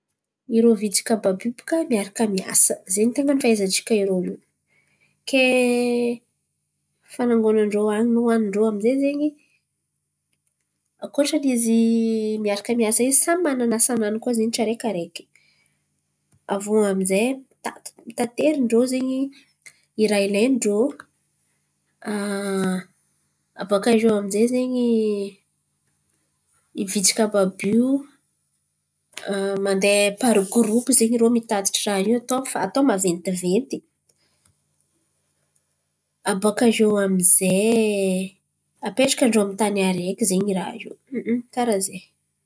Irô Vitsiky àby àby io baka miaraka miasa zen̈y tain̈a fahaiza-ntsika. Ke fanangonan-drô an̈iny hoanin-drô amizay zen̈y ankoatrany izy miaraka miasa io samy manana asa-nany koa zen̈y tsiaraikiaraiky. Aviô mitaty taterin-drô zen̈y raha hilain-drô abòakaio amidrain̈y vitsiky àby io mandeha pary giropy atao zen̈y rô mitatitry raha io atao maventiventy. Abòakaio aminjay apetrakan-drô amy tany araiky zen̈y raha io, karà zen̈y.